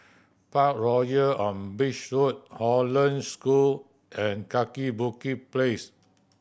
Parkroyal on Beach Road Hollandse School and Kaki Bukit Place